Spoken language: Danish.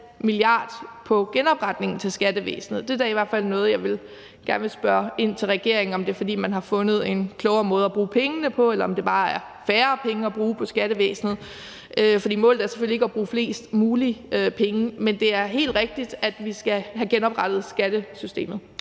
milliard på genopretningen af skattevæsenet. Det er da i hvert fald noget, jeg gerne vil spørge regeringen ind til: Er det, fordi man har fundet en klogere måde at bruge pengene på, eller er det bare færre penge, man bruger på skattevæsenet? For målet er selvfølgelig ikke at bruge flest mulige penge, men det er helt rigtigt, at vi skal have genoprettet skattesystemet.